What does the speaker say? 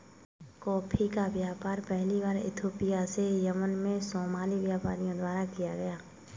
coffee का व्यापार पहली बार इथोपिया से यमन में सोमाली व्यापारियों द्वारा किया गया